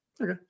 Okay